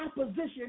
opposition